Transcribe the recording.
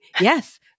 Yes